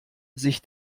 sich